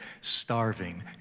starving